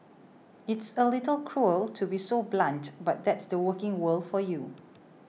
it's a little cruel to be so blunt but that's the working world for you